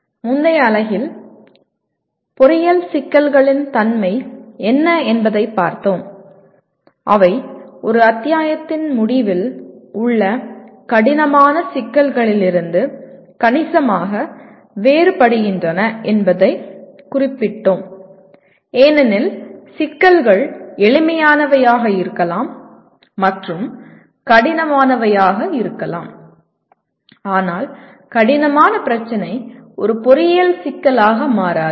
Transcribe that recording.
முந்தைய அலகில் பொறியியல் சிக்கல்களின் தன்மை என்ன என்பதைப் பார்த்தோம் அவை ஒரு அத்தியாயத்தின் முடிவில் உள்ள கடினமான சிக்கல்களிலிருந்து கணிசமாக வேறுபடுகின்றன என்பதைக் குறிப்பிட்டோம் ஏனெனில் சிக்கல்கள் எளிமையானவையாக இருக்கலாம் மற்றும் கடினமானவையாக இருக்கலாம் ஆனால் கடினமான பிரச்சினை ஒரு பொறியியல் சிக்கலாக மாறாது